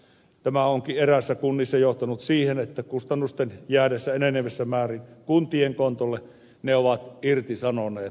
tämä onkin eräissä kunnissa johtanut siihen että kustannusten jäädessä enenevässä määrin kuntien kontolle ne ovat irtisanoneet sopimukset